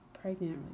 pregnant